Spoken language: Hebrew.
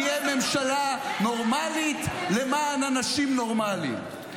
תהיה ממשלה נורמלית למען אנשים נורמליים.